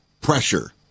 pressure